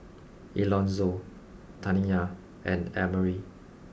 Elonzo Taniyah and Emery